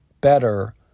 better